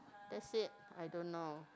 that's it I don't know